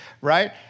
right